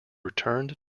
returned